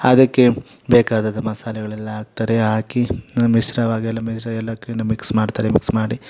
ಅದಕ್ಕೆ ಬೇಕಾದ ಮಸಾಲಗಳೆಲ್ಲ ಹಾಕ್ತಾರೆ ಹಾಕಿ ಮಿಶ್ರವಾಗಿ ಎಲ್ಲ ಮಸಾಲೆ ಅಕ್ಕಿಯನ್ನು ಮಿಕ್ಸ್ ಮಾಡ್ತಾರೆ ಮಿಕ್ಸ್ ಮಾಡಿ